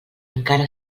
encara